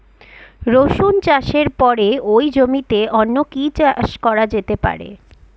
রসুন চাষের পরে ওই জমিতে অন্য কি চাষ করা যেতে পারে?